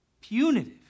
punitive